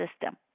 system